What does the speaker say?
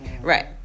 Right